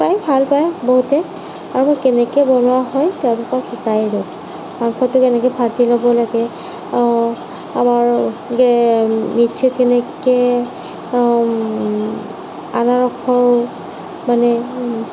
প্ৰায় ভাল পায় বহুতে আৰু কেনেকে বনোৱা হয় সেইবিষয়ে শিকাই দিওঁ মাংসটো এনেকে ভাজি ল'ব লাগে মিক্সিত কেনেকে আনাৰসৰ মানে